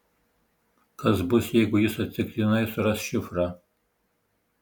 kas bus jeigu jis atsitiktinai suras šifrą